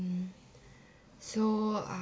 mm so